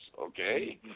okay